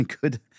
Good